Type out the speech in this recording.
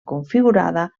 configurada